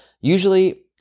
usually